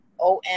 om